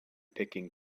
picking